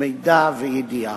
מידע וידיעה.